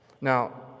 Now